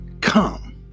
come